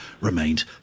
remained